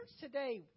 today